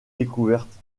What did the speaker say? découverte